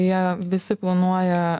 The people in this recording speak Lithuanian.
jie visi planuoja